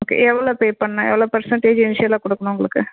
okay எவ்வளோ pay பண்ணால் எவ்வளோ பெர்ஸண்டேஜ் இனிஷியலாக கொடுக்கணும் உங்களுக்கு